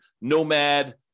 Nomad